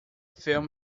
film